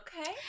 Okay